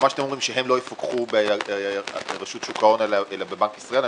מה שאתם אומרים הוא שהם לא יפוקחו ברשות שוק ההון אלא בבנק ישראל?